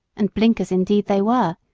and blinkers indeed they were,